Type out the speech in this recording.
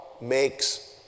makes